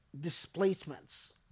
displacements